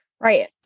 Right